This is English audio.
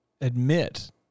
admit